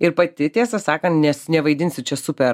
ir pati tiesą sakant nes nevaidinsiu čia super